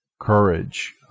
courage